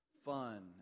Fun